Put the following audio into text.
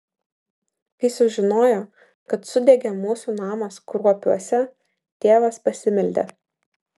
kai sužinojo kad sudegė mūsų namas kruopiuose tėvas pasimeldė